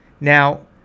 Now